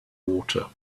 water